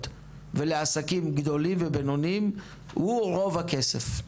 ולעסקים גדולים ובינוניים הוא רוב הכסף.